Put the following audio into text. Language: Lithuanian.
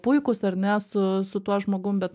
puikūs ar ne su su tuo žmogum bet